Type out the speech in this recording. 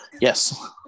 Yes